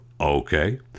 okay